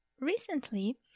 Recently